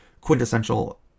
quintessential